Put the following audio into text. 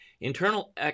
internal